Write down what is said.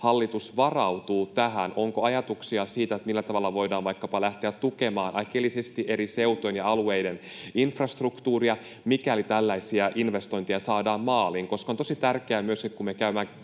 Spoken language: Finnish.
hallitus varautuu tähän. Onko ajatuksia siitä, millä tavalla voidaan vaikkapa lähteä tukemaan äkillisesti eri seutujen ja alueiden infrastruktuuria, mikäli tällaisia investointeja saadaan maaliin? On tosi tärkeää, kun me käydään